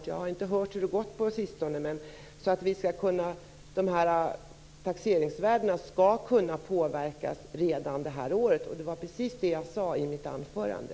Jag håller med Kenneryd om årets taxeringsvärden. Jag hoppas att utredaren skall vara klar snart - jag har inte hört hur det gått på sistone - så att taxeringsvärdena skall kunna påverkas redan det här året. Det var precis det jag sade i mitt anförande.